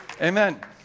Amen